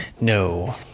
no